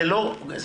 זה לא גדול.